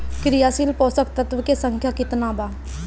क्रियाशील पोषक तत्व के संख्या कितना बा?